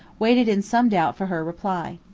waited in some doubt for her reply.